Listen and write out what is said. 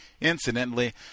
Incidentally